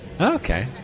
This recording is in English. Okay